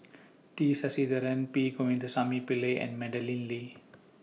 T Sasitharan P Govindasamy Pillai and Madeleine Lee